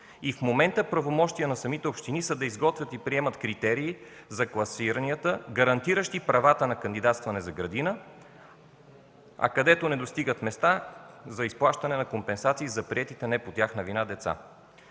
И в момента правомощия на самите общини са да изготвят и приемат критерии за класиранията, гарантиращи правата за кандидатстване за градина, а където не достигат места – за изплащане на компенсации на неприетите по тяхна вина деца.